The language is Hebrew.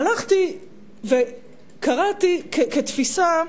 הלכתי וקראתי כתפיסה,